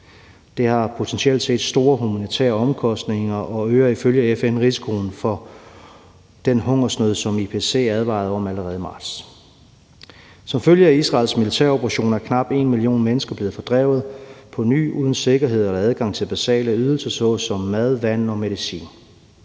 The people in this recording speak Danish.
Det har potentielt set store humanitære omkostninger og øger ifølge FN risikoen for den hungersnød, som IPC advarede om allerede i marts. Som følge af Israels militæroperationer er knap 1 million mennesker blevet fordrevet på ny uden sikkerhed og adgang til basale ydelser såsom mad, vand og medicin.